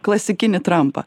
klasikinį trampą